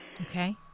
Okay